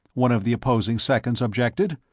one of the opposing seconds objected,